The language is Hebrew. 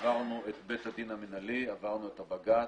עברנו את בית הדין המינהלי, עברנו את הבג"ץ,